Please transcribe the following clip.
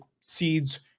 seeds